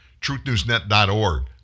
TruthNewsNet.org